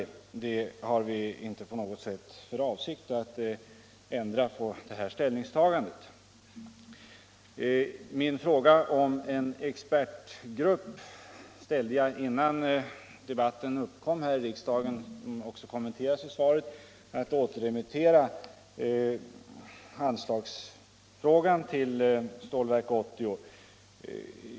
Det ställningstagandet har vi inte på något sätt för avsikt att ändra. Min fråga om en expertgrupp ställde jag innan debatten uppkom här i riksdagen om att återremittera frågan om anslaget till Stålverk 80.